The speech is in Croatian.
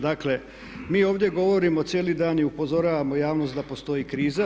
Dakle, mi ovdje govorimo cijeli dan i upozoravamo javnost da postoji kriza.